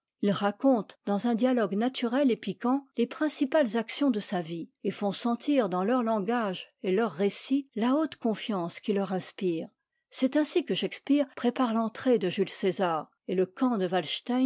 ils racontent dans un dialogue naturel et piquant les principales actions de sa vie et font sentir dans leur langage et leurs récits la haute confiance qu'il leur inspire c'est ainsi que shakspeare prépare l'entrée de jules césar et le camp de